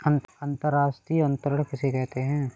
अंतर्राष्ट्रीय अंतरण किसे कहते हैं?